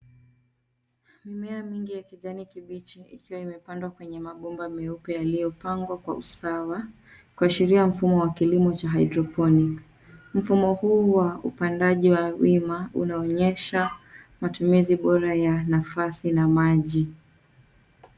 Mimea mingi ya kijani kibichi ikiwa imepandwa kwenye mabomba meupe yaliyopangwa kwa usawa kuashiria mfumo wa kilimo cha hydroponic . Mfumo huu wa upandaji wa wima unaonyesha matumizi bora ya nafasi na maji.